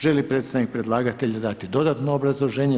Želi li predstavnik predlagatelja dati dodatno obrazloženje?